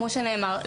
כמו שנאמר,